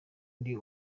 ndi